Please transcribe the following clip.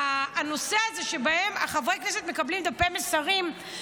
הנושא הזה שחברי הכנסת מקבלים דפי מסרים,